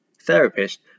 therapist